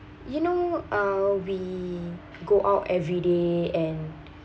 you know uh we go out every day and